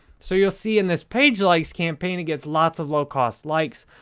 so, you'll see in this page likes campaign, it gets lots of low-cost likes.